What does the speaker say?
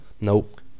nope